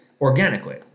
organically